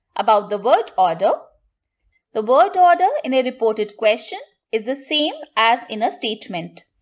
about the word order the word order in a reported question is the same as in a statement.